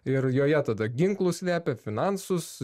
ir joje tada ginklus slėpė finansus